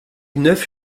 neuf